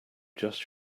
just